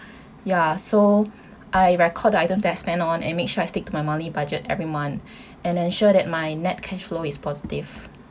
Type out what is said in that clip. ya so I record items that I spend on and make sure I stick to my monthly budget every month and ensure that my net cash flow is positive